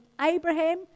Abraham